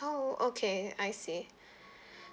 oh okay I see